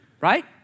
right